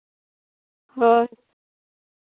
ᱦᱳᱭ